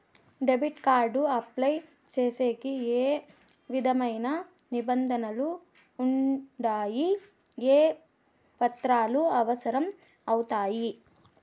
Debit card apply సేసేకి ఏ విధమైన నిబంధనలు ఉండాయి? ఏ పత్రాలు అవసరం అవుతాయి?